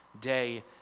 day